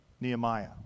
Nehemiah